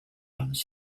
runs